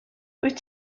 wyt